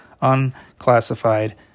unclassified